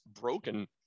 broken